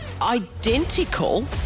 Identical